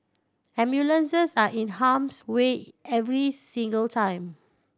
ambulances are in harm's way every single time